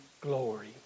glory